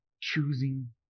choosing